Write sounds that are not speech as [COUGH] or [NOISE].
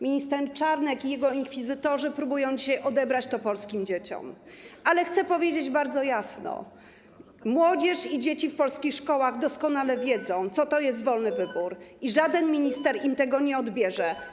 Minister Czarnek i jego inkwizytorzy próbują dzisiaj odebrać to polskim dzieciom, ale chcę powiedzieć bardzo jasno: młodzież i dzieci w polskich szkołach doskonale [NOISE] wiedzą, co to jest wolny wybór i żaden minister im tego nie odbierze.